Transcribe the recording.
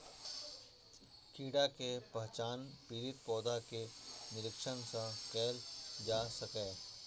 कीड़ा के पहचान पीड़ित पौधा के निरीक्षण सं कैल जा सकैए